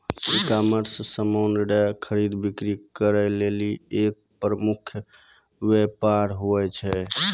ecommerce समान रो खरीद बिक्री करै लेली एक प्रमुख वेपार हुवै छै